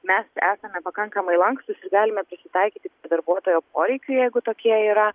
mes esame pakankamai lankstūs ir galime prisitaikyti prie darbuotojo poreikių jeigu tokie yra